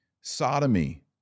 sodomy